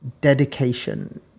dedication